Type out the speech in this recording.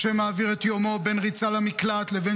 משה מעביר את יומו בין ריצה למקלט לבין